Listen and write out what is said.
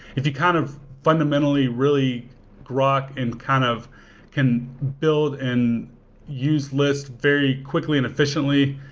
if you kind of fundamentally really brought and kind of can build and use list very quickly and efficiently,